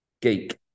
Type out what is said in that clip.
geek